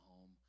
home